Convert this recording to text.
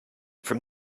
from